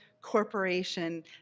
corporation